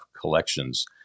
collections